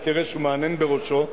ותראה שהוא מהנהן בראשו,